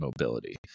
mobility